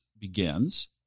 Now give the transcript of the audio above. begins